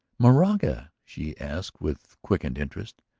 moraga? she asked with quickened interest.